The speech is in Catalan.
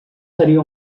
seria